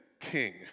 king